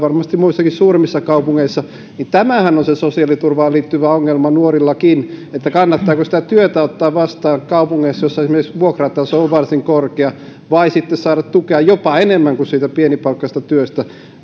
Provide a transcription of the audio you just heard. ja varmasti muissakin suurimmissa kaupungeissa niin tämähän on se sosiaaliturvaan liittyvä ongelma nuorillakin että kannattaako työtä ottaa vastaan kaupungeissa joissa esimerkiksi vuokrataso on varsin korkea vai sitten saada tukea jopa enemmän kuin siitä pienipalkkaisesta työstä